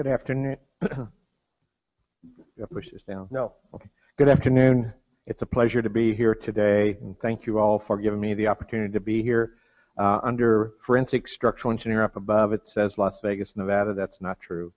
good afternoon which is no ok good afternoon it's a pleasure to be here today and thank you all for giving me the opportunity to be here under forensic structural engineer up above it says las vegas nevada that's not true